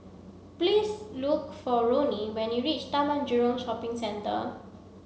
please look for Roni when you reach Taman Jurong Shopping Centre